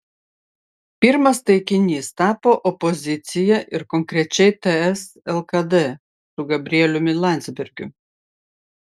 pirmas taikinys tapo opozicija ir konkrečiai ts lkd su gabrieliumi landsbergiu